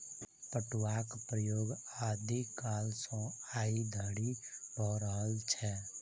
पटुआक प्रयोग आदि कालसँ आइ धरि भ रहल छै